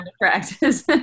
practice